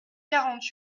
quarante